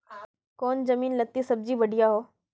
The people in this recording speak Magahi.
कौन जमीन लत्ती सब्जी बढ़िया हों?